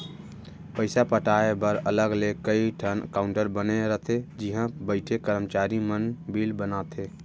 पइसा पटाए बर अलग ले कइ ठन काउंटर बने रथे जिहॉ बइठे करमचारी मन बिल बनाथे